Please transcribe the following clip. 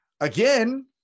Again